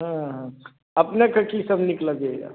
ओ हूँ अपने के की सभ नीक लगैया